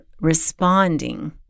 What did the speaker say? responding